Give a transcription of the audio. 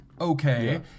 okay